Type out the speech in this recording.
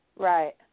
Right